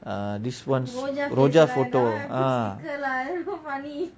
err this one's rojak photo ah